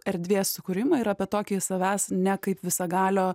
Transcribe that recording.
erdvės sukūrimą ir apie tokį savęs ne kaip visagalio